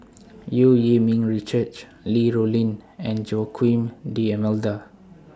EU Yee Ming Richard Li Rulin and Joaquim D'almeida